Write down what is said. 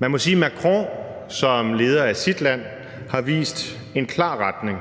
Man må sige, at Macron som leder af sit land har vist en klar retning,